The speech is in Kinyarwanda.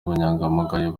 ubunyangamugayo